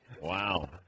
Wow